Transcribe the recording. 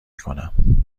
کنم